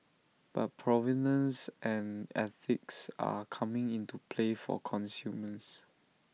but provenance and ethics are coming into play for consumers